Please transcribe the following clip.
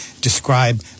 describe